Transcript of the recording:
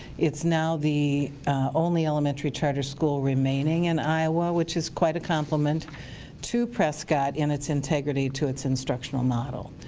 it's now the only elementary charter school remaining in iowa, which is quite a complement to prescott in its integrity to its instructional model.